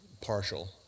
partial